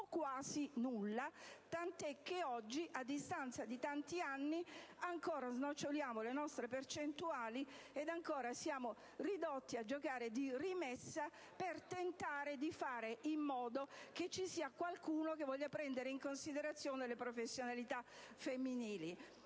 quasi, tant'è che oggi, a distanza di tanti anni, ancora snoccioliamo le nostri percentuali e ancora siamo ridotti a giocare di rimessa per tentare di fare in modo che ci sia qualcuno che voglia prendere in considerazione le professionalità femminili.